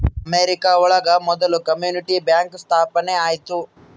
America ಒಳಗ ಮೊದ್ಲು community bank ಸ್ಥಾಪನೆ ಆಯ್ತು